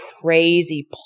crazy